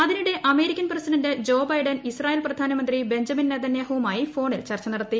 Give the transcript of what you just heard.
അതിനിടെ American president Joe Biden Israel പ്രധാനമന്ത്രി Benjamin നെതന്യാഹുവുമായി ഫ്രോണിൽ ചർച്ച നടത്തി